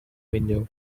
window